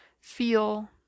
feel